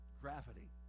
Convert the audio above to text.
Gravity